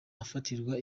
afatirwa